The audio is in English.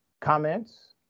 comments